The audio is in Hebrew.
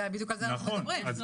על זה בדיוק אנחנו מדברים.